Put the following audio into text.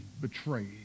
betrayed